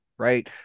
Right